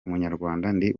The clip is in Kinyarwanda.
ndi